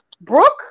Brooke